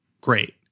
great